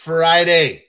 Friday